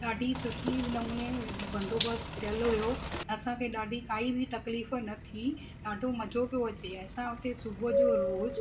ॾाढी सुठे नमूने बंदोबस्तु थियलु हुओ असांखे ॾाढी काई बि तकलीफ़ न थी ॾाढो मज़ो पियो अचे असां हुते सुबुह जो रोज़